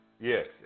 Yes